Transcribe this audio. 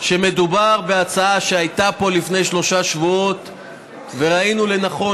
שמדובר בהצעה שהייתה פה לפני שלושה שבועות וראינו לנכון,